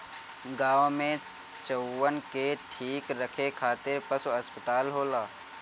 गाँव में चउवन के ठीक रखे खातिर पशु अस्पताल होला